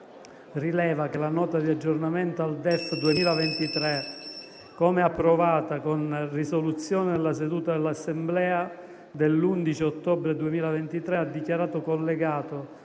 rileva che la Nota di aggiornamento al DEF 2023, come approvata con risoluzione nella seduta dell'Assemblea dell'11 ottobre 2023, ha dichiarato collegato,